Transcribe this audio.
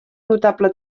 notable